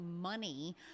money